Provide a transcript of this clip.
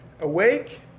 awake